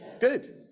Good